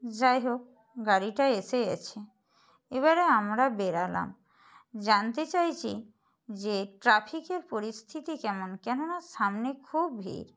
যাই হোক গাড়িটা এসে গেছে এবারে আমরা বেড়ালাম জানতে চাইছি যে ট্রাফিকের পরিস্থিতি কেমন কেননা সামনে খুব ভিড়